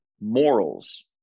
morals